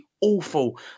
awful